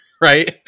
Right